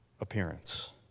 appearance